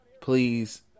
please